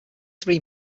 three